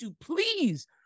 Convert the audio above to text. please